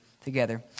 together